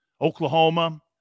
Oklahoma